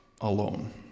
alone